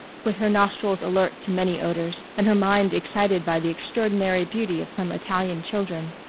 with her nostrils alert to many odors, and her mind excited by the extraordinary beauty of some italian children.